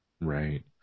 Right